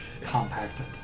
compacted